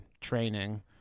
training